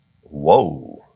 Whoa